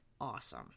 awesome